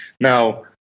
Now